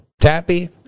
Tappy